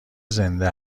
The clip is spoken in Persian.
زنده